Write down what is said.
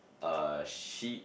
uh she